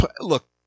Look